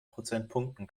prozentpunkten